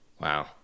Wow